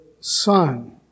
Son